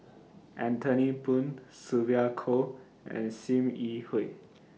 Anthony Poon Sylvia Kho and SIM Yi Hui